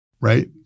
right